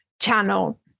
channel